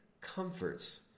comforts